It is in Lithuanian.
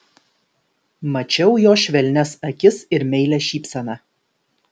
mačiau jo švelnias akis ir meilią šypseną